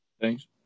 Thanks